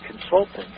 consultant